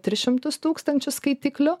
tris šimtus tūkstančių skaitiklių